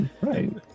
right